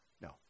No